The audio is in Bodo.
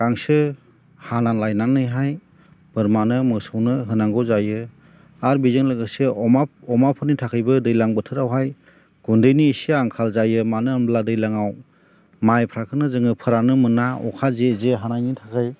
गांसो हानानै लायनानैहाय बोरमानो मोसौनो होनांगौ जायो आरो बेजों लोगोसे अमाफोरनि थाखायबो दैज्लां बोथोरावहाय गुन्दैनि इसे आंखाल जायो मानो होनब्ला दैज्लाङाव माइफोरखौनो जोङो फोराननो मोना अखा जे जे हानायनि थाखाय